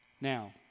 now